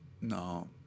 no